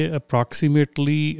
approximately